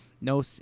no